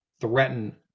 threaten